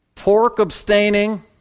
Pork-abstaining